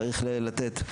צריך לתת,